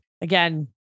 again